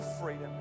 freedom